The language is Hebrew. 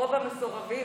רוב המסורבים,